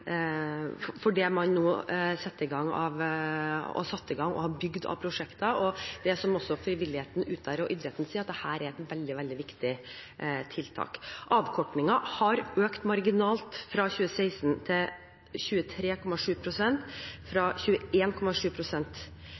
man nå setter i gang og har satt i gang og har bygd av prosjekter. Også frivilligheten der ute, og idretten, sier at dette er et veldig viktig tiltak. Avkortingen har økt marginalt – fra 21,7 pst. i 2015 til